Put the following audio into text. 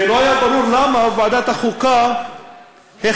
ולא היה ברור למה ועדת החוקה החליטה,